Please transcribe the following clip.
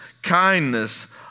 Kindness